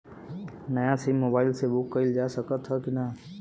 नया sim mobile से book कइलजा सकत ह कि ना?